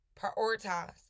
Prioritize